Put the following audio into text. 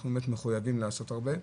אנחנו באמת מחויבים לעשות הרבה.